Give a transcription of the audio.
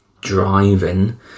driving